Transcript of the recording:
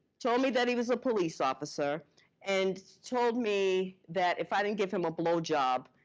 told me that he was a police officer and told me that if i didn't give him a blowjob,